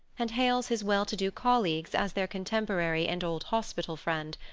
and hails his well-to-do colleagues as their contemporary and old hospital friend,